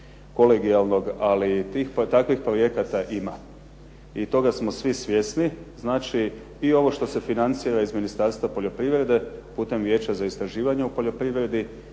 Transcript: kolegijalnog ali takvih projekata ima i toga smo svi svjesni. Znači i ovo što se financira iz Ministarstva poljoprivrede putem Vijeća za istraživanje u poljoprivredi,